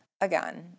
again